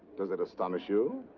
does it astonish you?